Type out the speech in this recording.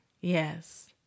Yes